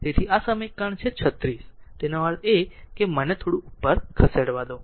તેથી આ સમીકરણ છે 36 તેનો અર્થ એ કે મને થોડું ઉપર ખસેડવા દો